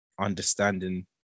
understanding